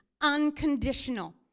unconditional